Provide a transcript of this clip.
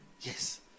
Yes